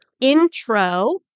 intro